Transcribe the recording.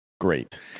great